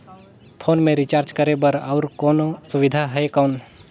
Phone मे recharge करे बर और कोनो सुविधा है कौन?